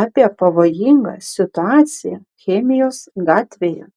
apie pavojingą situaciją chemijos gatvėje